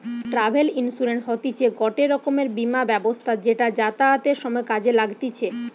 travel insurance হতিছে গটে রকমের বীমা ব্যবস্থা যেটা যাতায়াতের সময় কাজে লাগতিছে